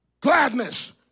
gladness